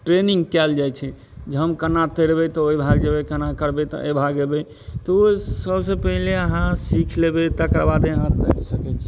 training कयल जाइ छै जे हम केना तैरबै तऽ ओहि भाग जेबै केना करबै तऽ एहि भाग जेबै तऽ ओ सबसे पहिले अहाँ सीख लेबै तकर बादे अहाँ बढ़ि सकैत छी